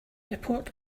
report